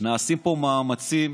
נעשים פה מאמצים